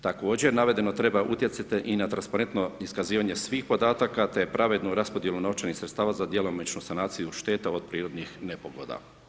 Također, navedeno treba utjecati i na transparentno iskazivanje svih podataka te pravednu raspodjelu novčanih sredstava za djelomičnu sanaciju šteta od prirodnih nepogoda.